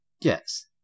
Yes